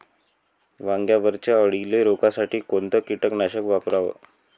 वांग्यावरच्या अळीले रोकासाठी कोनतं कीटकनाशक वापराव?